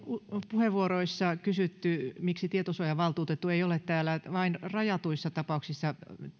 puheenvuoroissa kysytty miksi tietosuojavaltuutettu ei ole täällä vain rajatuissa tapauksissa